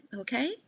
okay